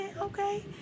okay